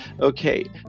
Okay